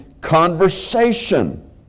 conversation